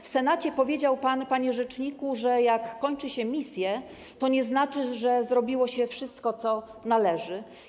W Senacie powiedział pan, panie rzeczniku, że jak kończy się misję, to nie znaczy, że zrobiło się wszystko, co należy.